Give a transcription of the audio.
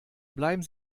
bleiben